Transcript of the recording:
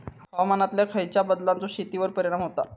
हवामानातल्या खयच्या बदलांचो शेतीवर परिणाम होता?